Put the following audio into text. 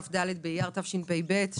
כ"ד באייר התשפ"ב,